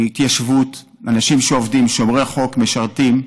התיישבות, אנשים שעובדים, שומרי חוק, משרתים,